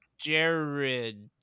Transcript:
Jared